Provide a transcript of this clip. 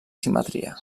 simetria